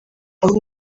aho